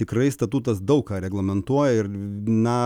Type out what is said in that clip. tikrai statutas daug ką reglamentuoja ir na